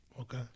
Okay